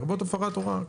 לרבות הפרת הוראה.